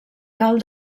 cal